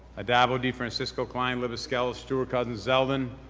addabbo, defrancisco, klein, libous, skelos, stewart-cousins, zeldin.